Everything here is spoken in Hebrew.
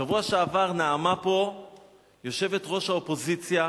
בשבוע שעבר נאמה פה יושבת-ראש האופוזיציה.